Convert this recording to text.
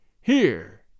Here